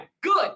good